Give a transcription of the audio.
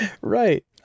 Right